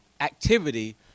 activity